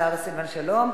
השר סילבן שלום.